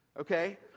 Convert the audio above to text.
okay